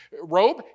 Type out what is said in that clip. robe